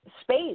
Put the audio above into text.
space